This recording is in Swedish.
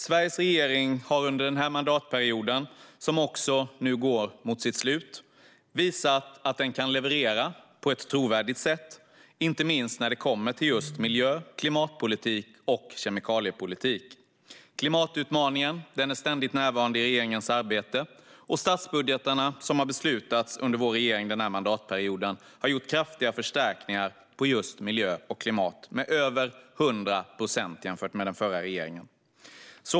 Sveriges regering har under denna mandatperiod, som nu går mot sitt slut, visat att den kan leverera på ett trovärdigt sätt, inte minst när det gäller miljö och klimatpolitik och kemikaliepolitik. Klimatutmaningen är ständigt närvarande i regeringens arbete, och statsbudgetarna som har beslutats av vår regering under denna mandatperiod har gett kraftiga förstärkningar på just miljö och klimatområdet - över 100 procent jämfört med den förra regeringen.